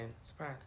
Surprise